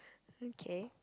okay